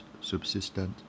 subsistent